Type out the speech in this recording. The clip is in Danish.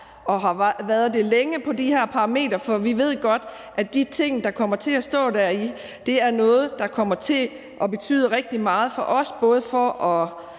og har været det længe på de her parametre, for vi ved godt, at de ting, der kommer til at stå deri, er noget, der kommer til at betyde rigtig meget for os, både for at